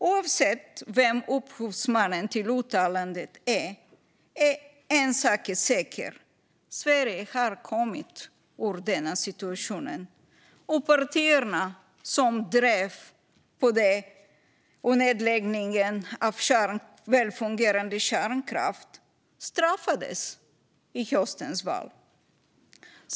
Oavsett vem upphovsmannen till uttalandet är; en sak är säker, nämligen att Sverige har kommit ur denna situation. Partierna som drev på nedläggningen av väl fungerande kärnkraft straffades vid höstens val.